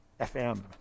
FM